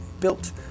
built